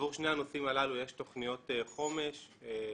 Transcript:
עבור שני הנושאים הללו יש תוכניות חומש שאושרו,